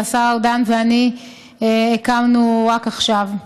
שהשר ארדן ואני הקמנו רק עכשיו.